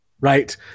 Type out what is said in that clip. right